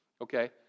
okay